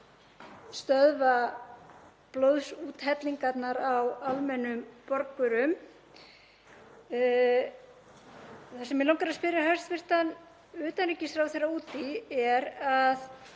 stöðva blóðsúthellingar á almennum borgurum. Það sem mig langar að spyrja hæstv. utanríkisráðherra út í er að